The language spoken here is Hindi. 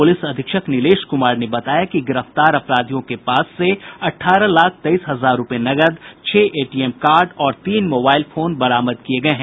पुलिस अधीक्षक निलेश कुमार ने बताया कि गिरफ्तार अपराधियों के पास से अठारह लाख तेईस हजार रूपये नकद छह एटीएम कार्ड और तीन मोबाइल बरामद किये गये हैं